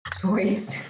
choice